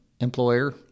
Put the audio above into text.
employer